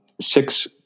six